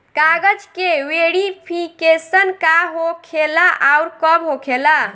कागज के वेरिफिकेशन का हो खेला आउर कब होखेला?